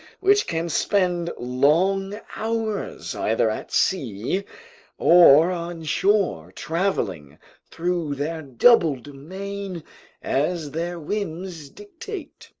which can spend long hours either at sea or on shore, traveling through their double domain as their whims dictate!